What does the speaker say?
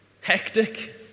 hectic